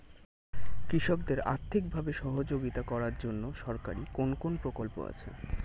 কৃষকদের আর্থিকভাবে সহযোগিতা করার জন্য সরকারি কোন কোন প্রকল্প আছে?